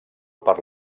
per